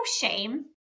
shame